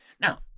Now